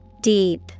Deep